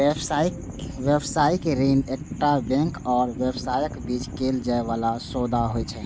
व्यावसायिक ऋण एकटा बैंक आ व्यवसायक बीच कैल जाइ बला सौदा होइ छै